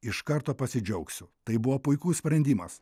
iš karto pasidžiaugsiu tai buvo puikus sprendimas